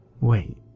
wait